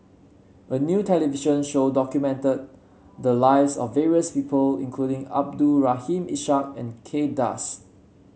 a new television show documented the lives of various people including Abdul Rahim Ishak and Kay Das